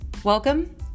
Welcome